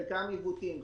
חלקם עיוותים,